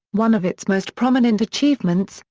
one of its most prominent achievements,